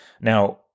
Now